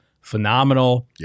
phenomenal